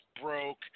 broke